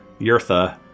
Yurtha